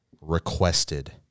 requested